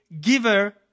giver